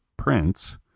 prints